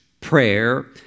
prayer